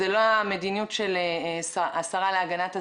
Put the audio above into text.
זאת לא המדיניות של השרה להגנת הסביבה,